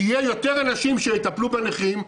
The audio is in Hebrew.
שיהיו יותר אנשים שיטפלו בנכים.